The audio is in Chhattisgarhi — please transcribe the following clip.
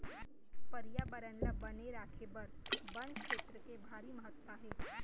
परयाबरन ल बने राखे बर बन छेत्र के भारी महत्ता हे